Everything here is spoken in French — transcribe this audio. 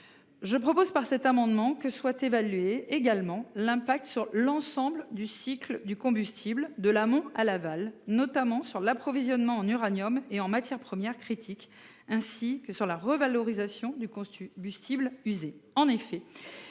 Par cet amendement, il s'agit d'évaluer également l'impact sur l'ensemble du cycle du combustible de l'amont à l'aval, notamment sur l'approvisionnement en uranium et en matières premières critiques, ainsi que sur la revalorisation du combustible usé.